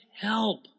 help